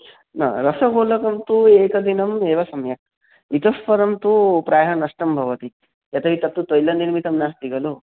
न रसोलकं तु एकदिनम् एव सम्यक् इतःपरं तु प्रायः नष्टं भवति यतो हि तत्तु तैलनिर्मितं नास्ति खलु